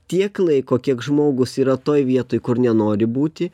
tiek laiko kiek žmogus yra toj vietoj kur nenori būti